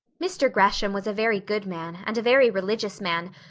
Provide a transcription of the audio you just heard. mr. gresham was a very good man and a very religious man,